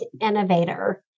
innovator